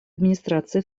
администрации